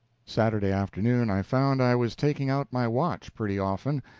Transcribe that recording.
saturday afternoon i found i was taking out my watch pretty often.